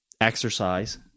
exercise